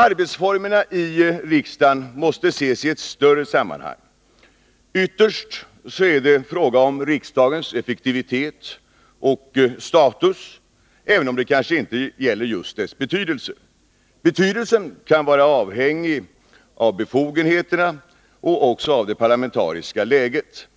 Arbetsformerna i riksdagen måste ses i ett större sammanhang. Ytterst är det fråga om riksdagens effektivitet och status, även om det kanske inte gäller just dess betydelse. Betydelsen kan vara avhängig av befogenheterna och av det parlamentariska läget.